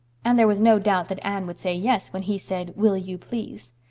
and there was no doubt that anne would say yes when he said will you please?